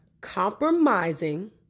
compromising